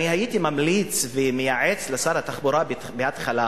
הייתי ממליץ ומייעץ לשר התחבורה מההתחלה